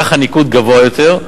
כך הניקוד גבוה יותר,